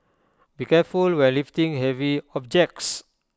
be careful when lifting heavy objects